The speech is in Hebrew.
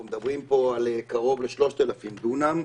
אנחנו מדברים פה על קרוב ל-3,000 דונם.